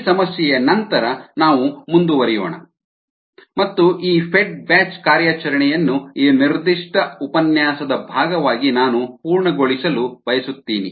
ಈ ಸಮಸ್ಯೆಯ ನಂತರ ನಾವು ಮುಂದುವರಿಯೋಣ ಮತ್ತು ಈ ಫೆಡ್ ಬ್ಯಾಚ್ ಕಾರ್ಯಾಚರಣೆಯನ್ನು ಈ ನಿರ್ದಿಷ್ಟ ಉಪನ್ಯಾಸದ ಭಾಗವಾಗಿ ನಾನು ಪೂರ್ಣಗೊಳಿಸಲು ಬಯಸುತ್ತೀನಿ